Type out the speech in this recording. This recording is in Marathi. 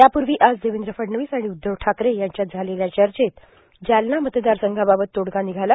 त्यापूर्वी आज देवेंद्र फडणवीस आणि उध्दव ठाकरे यांच्यात झालेल्या चर्चेत जालना मतदारसंघाबाबत तोडगा निघाला